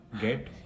get